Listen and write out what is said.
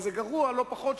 אבל זה גרוע לא פחות,